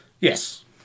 Yes